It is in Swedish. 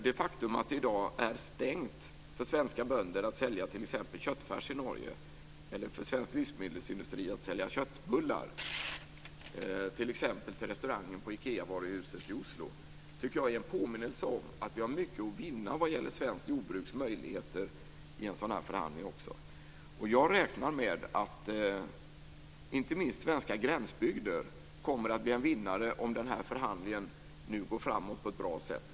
Det faktum att det i dag är stängt för svenska bönder att sälja t.ex. köttfärs i Norge eller för svensk livsmedelsindustri att sälja köttbullar, t.ex. till restaurangen på Ikeavaruhuset i Oslo, tycker jag är en påminnelse om att vi har mycket att vinna när det gäller svenskt jordbruks möjligheter i en sådan här förhandling. Jag räknar med att inte minst svenska gränsbygder kommer att bli en vinnare om den här förhandlingen går framåt på ett bra sätt.